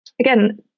again